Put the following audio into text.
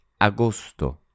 agosto